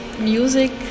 music